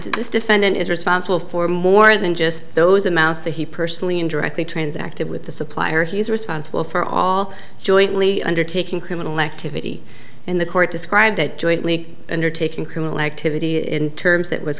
defendant is responsible for more than just those amounts that he personally and directly transacted with the supplier he is responsible for all jointly undertaking criminal activity in the court described it jointly undertaken criminal activity in terms that was